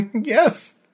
yes